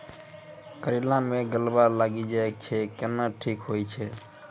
करेला मे गलवा लागी जे छ कैनो ठीक हुई छै?